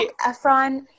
Efron